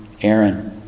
Aaron